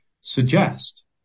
suggest